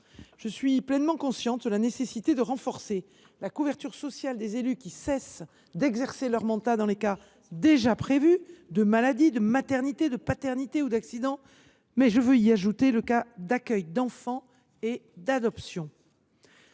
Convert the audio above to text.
de loi. Pleinement consciente de la nécessité de renforcer la couverture sociale des élus qui cessent d’exercer leur mandat dans les cas déjà prévus de maladie, de maternité, de paternité ou d’accident, je souhaite y ajouter les cas d’accueil d’enfant et d’adoption.